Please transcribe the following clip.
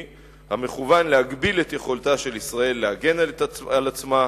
המכוון להגביל את יכולתה של ישראל להגן על עצמה,